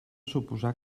suposar